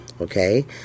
okay